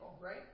right